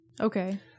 Okay